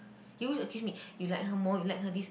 you always accuse me you like her more you like her this